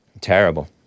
Terrible